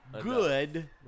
good